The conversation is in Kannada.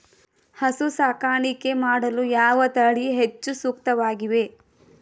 ಹಸು ಸಾಕಾಣಿಕೆ ಮಾಡಲು ಯಾವ ತಳಿ ಹೆಚ್ಚು ಸೂಕ್ತವಾಗಿವೆ?